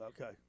okay